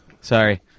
Sorry